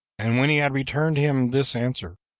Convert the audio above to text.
and when he had returned him this answer,